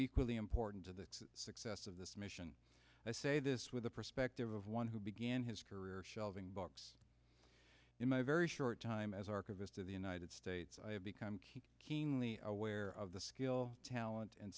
equally important to the success of this mission i say this with the perspective of one who began his career shelving books in my very short time as archivist of the united states i have become keenly aware of the skill talent and